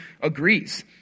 agrees